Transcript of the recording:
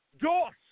Doss